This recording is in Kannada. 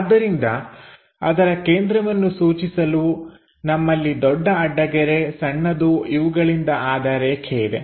ಆದ್ದರಿಂದ ಅದರ ಕೇಂದ್ರವನ್ನು ಸೂಚಿಸಲು ನಮ್ಮಲ್ಲಿ ದೊಡ್ಡ ಅಡ್ಡಗೆರೆ ಸಣ್ಣದು ಇವುಗಳಿಂದ ಆದ ರೇಖೆ ಇದೆ